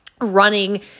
running